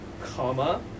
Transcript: comma